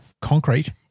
concrete